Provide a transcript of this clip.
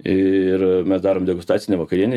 ir mes darom degustacinę vakarienę